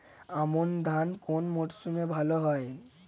আমন ধান কোন মরশুমে ভাল হয়?